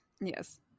Yes